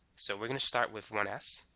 so we're gonna start with one s.